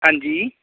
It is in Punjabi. ਹਾਂਜੀ